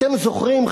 אתם זוכרים,